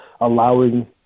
allowing